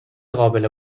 قابل